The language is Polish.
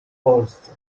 polsce